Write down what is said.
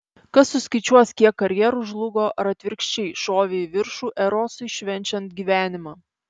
kas suskaičiuos kiek karjerų žlugo ar atvirkščiai šovė į viršų erosui švenčiant gyvenimą